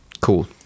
Cool